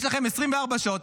יש לכם 24 שעות,